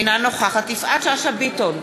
אינה נוכחת יפעת שאשא ביטון,